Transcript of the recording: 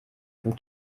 from